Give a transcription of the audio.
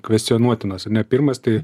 kvestionuotinos ane pirmas tai